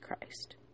Christ